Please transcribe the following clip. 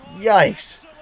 Yikes